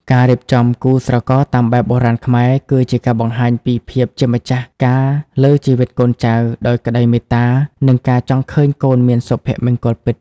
ការរៀបចំគូស្រករតាមបែបបុរាណខ្មែរ គឺជាការបង្ហាញពី "ភាពជាម្ចាស់ការលើជីវិតកូនចៅ" ដោយក្តីមេត្តា និងការចង់ឃើញកូនមានសុភមង្គលពិត។